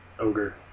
Ogre